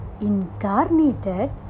incarnated